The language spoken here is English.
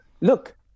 look